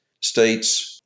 States